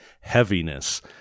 heaviness